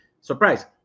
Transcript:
surprise